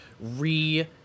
re